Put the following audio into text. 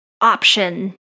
option